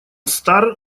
стар